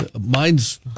mine's